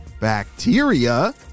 Bacteria